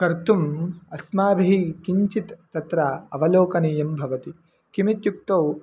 कर्तुम् अस्माभिः किञ्चित् तत्र अवलोकनीयं भवति किमित्युक्तौ